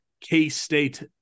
K-State